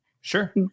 Sure